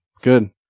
Good